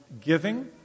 giving